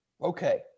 Okay